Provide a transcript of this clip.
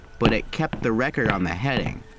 but it kept the record on the heading.